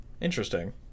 interesting